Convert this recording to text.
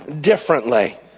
differently